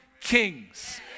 kings